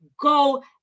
go